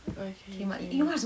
ookay okay